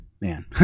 man